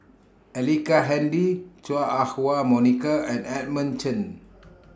Ellice Handy Chua Ah Huwa Monica and Edmund Chen